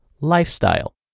lifestyle